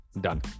Done